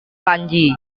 kanji